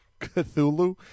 Cthulhu